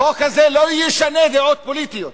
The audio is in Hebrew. החוק הזה לא ישנה דעות פוליטיות,